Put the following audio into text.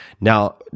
Now